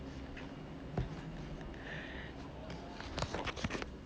so I must be good for myself there there can scold them right ya so when I